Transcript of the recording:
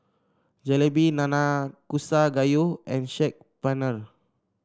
Jalebi Nanakusa Gayu and Saag Paneer